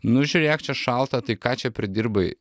nu žiūrėk čia šalta tai ką čia pridirbai